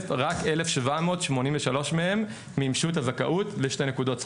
רק 1,783 מהם מימשו את הזכאות לשתי נקודות זכות.